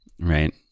Right